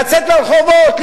לצאת לרחובות,